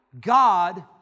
God